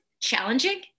challenging